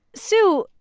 sue,